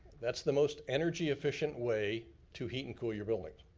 that's the most energy-efficient way to heat and cool your buildings.